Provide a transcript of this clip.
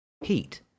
heat